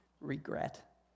regret